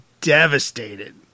devastated